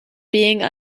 being